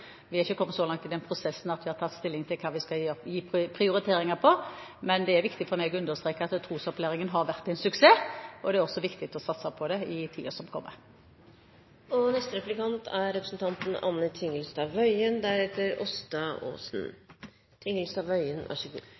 Vi har ikke kommet så langt i den prosessen at vi har tatt stilling til hva vi skal prioritere, men det er viktig for meg å understreke at trosopplæringen har vært en suksess, og det er også viktig å satse på den i tiden som kommer. Jeg lurte på om statsråden kunne redegjøre for hvorfor regjeringa ønsker å avvikle ordninga med tilskudd til private kirkebygg, all den tid den er